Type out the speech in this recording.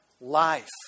life